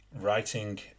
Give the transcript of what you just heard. writing